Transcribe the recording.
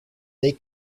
they